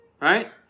Right